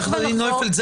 עוה"ד נויפלד,